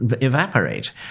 evaporate